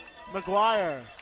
McGuire